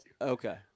okay